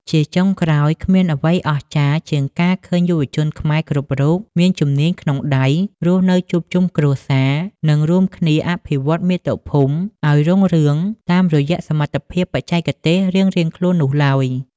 ជាចុងក្រោយ គ្មានអ្វីអស្ចារ្យជាងការឃើញយុវជនខ្មែរគ្រប់រូបមានជំនាញក្នុងដៃ រស់នៅជួបជុំគ្រួសារ និងរួមគ្នាអភិវឌ្ឍមាតុភូមិឱ្យរុងរឿងតាមរយៈសមត្ថភាពបច្ចេកទេសរៀងៗខ្លួននោះឡើយ។